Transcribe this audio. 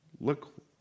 Look